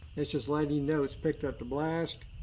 it's just letting you know it's picked up the blast.